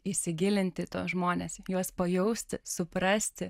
įsigilinti į tuos žmones juos pajausti suprasti